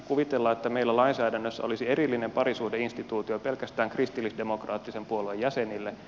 kuvitellaan että meillä lainsäädännössä olisi erillinen parisuhdeinstituutio pelkästään kristillisdemokraattisen puolueen jäsenille